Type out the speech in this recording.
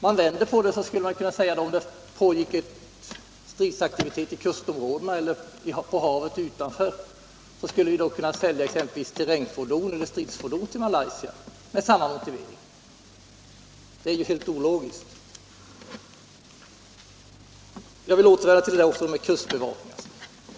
Med samma motivering skulle man kunna säga att om det pågick stridsaktivitet i kustområdena eller på havet utanför, så skulle vi dock kunna sälja exempelvis terrängfordon eller stridsfordon till Malaysia. Det är ju helt ologiskt. É Jag vill återvända till detta med kustbevakning.